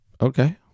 okay